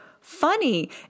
funny